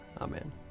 Amen